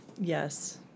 Yes